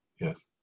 Yes